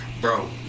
bro